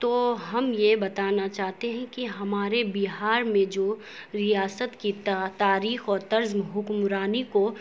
تو ہم یہ بتانا چاہتے ہیں کہ ہمارے بہار میں جو ریاست کی تاریخ و طرزِ حکمرانی کو